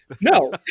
no